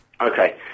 Okay